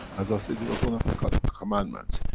as i said it was one of the. kind of commandments,